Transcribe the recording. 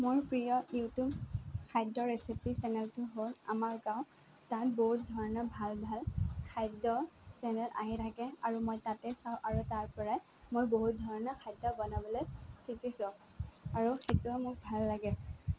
মোৰ প্ৰিয় ইউটিউব খাদ্য ৰেচিপি চেনেলটো হ'ল আমাৰ গাওঁ তাত বহুত ধৰণৰ ভাল ভাল খাদ্য চেনেল আহি থাকে আৰু মই তাতে চাওঁ আৰু তাৰপৰাই মই বহুত ধৰণৰ খাদ্য বনাবলৈ শিকিছোঁ আৰু সেইটোও মোৰ ভাল লাগে